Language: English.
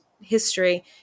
history